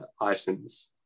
items